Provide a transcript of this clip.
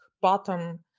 bottom